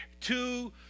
two